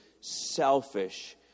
selfish